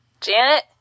Janet